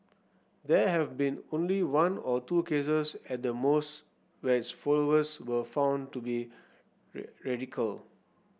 there have been only one or two cases at the most where its followers were found to be radical